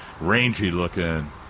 rangy-looking